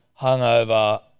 Hungover